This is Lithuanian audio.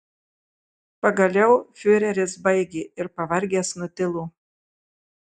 pagaliau fiureris baigė ir pavargęs nutilo